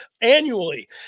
annually